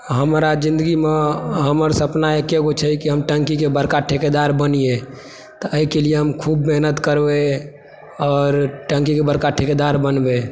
हमरा जिन्दगीमे हमर सपना एकेगो छै कि हम टंकीके बड़का ठेकेदार बनियै तऽ एहिके लिए हम खूब मेहनत करबय आओर टंकीके बड़का ठिकेदार बनबय